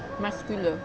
muscular